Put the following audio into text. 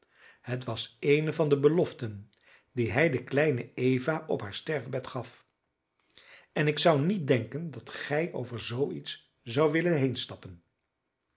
het was eene van de beloften die hij de kleine eva op haar sterfbed gaf en ik zou niet denken dat gij over zoo iets zoudt willen